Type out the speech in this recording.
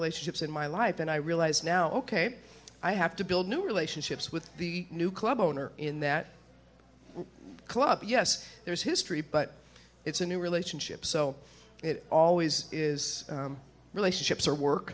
relationships in my life and i realise now ok i have to build new relationships with the new club owner in that club yes there's history but it's a new relationship so it always is relationships are work